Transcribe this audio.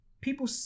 People